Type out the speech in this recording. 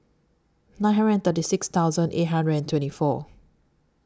nine hundred thirty six thousand eight hundred and twenty four